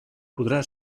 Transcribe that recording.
podrà